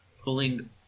pulling